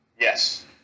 Yes